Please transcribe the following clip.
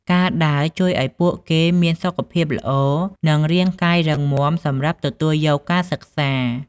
ការដើរជួយឱ្យពួកគេមានសុខភាពល្អនិងរាងកាយរឹងមាំសម្រាប់ទទួលយកការសិក្សា។